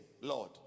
Lord